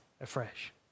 afresh